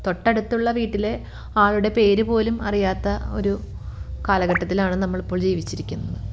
തൊട്ടടുത്തുള്ള വീട്ടിലെ ആളുടെ പേര് പോലും അറിയാത്ത ഒരു കാലഘട്ടത്തിലാണ് നമ്മളിപ്പോൾ ജീവിച്ചിരിക്കുന്നത്